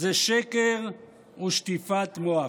זה שקר ושטיפת מוח.